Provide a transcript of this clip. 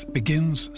begins